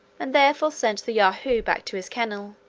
and therefore sent the yahoo back to his kennel.